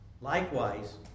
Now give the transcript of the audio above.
Likewise